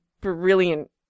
brilliant